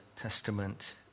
Testament